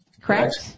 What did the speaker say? correct